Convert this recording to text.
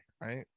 right